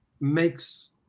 makes